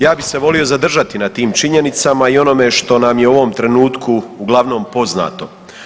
Ja bih se volio zadržati na tim činjenicama i onome što nam je u ovom trenutku uglavnom poznato.